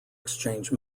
exchange